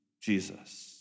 Jesus